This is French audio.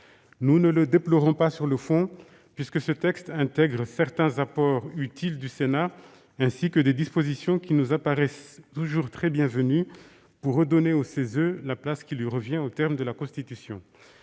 Nous ne le déplorons pas sur le fond, puisque ce texte intègre certains apports utiles du Sénat, ainsi que des dispositions qui nous apparaissent toujours très bienvenues pour redonner au CESE la place qui lui revient aux termes de la Constitution.